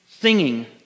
Singing